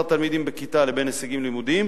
התלמידים בכיתה לבין הישגים לימודיים,